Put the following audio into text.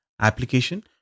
application